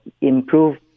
improve